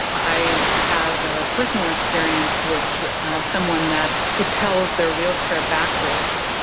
i have a personal experience with someone that propels their wheelchair backwards,